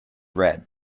red